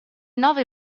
nove